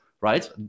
right